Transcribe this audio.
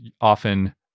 often